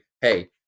hey